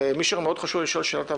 ומי שמאוד חשוב לו לשאול שאלות הבהרה,